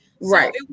Right